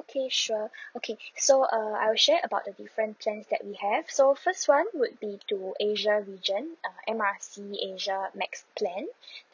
okay sure okay so err I will share about the different plans that we have so first one would be to asia region uh M R C asia max plan